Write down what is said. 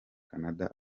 canada